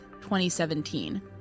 2017